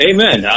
Amen